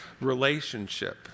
relationship